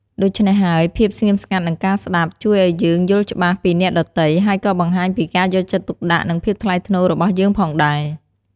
ដូច្នេះហើយ ភាពស្ងៀមស្ងាត់ និងការស្តាប់ ជួយឲ្យយើងយល់ច្បាស់ពីអ្នកដទៃ ហើយក៏បង្ហាញពីការយកចិត្តទុកដាក់ និងភាពថ្លៃថ្នូររបស់យើងផងដែរ។